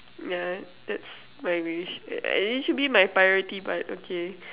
yeah that's my wish uh it should be my priority but okay